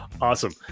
awesome